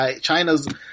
China's